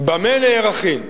במה נערכין?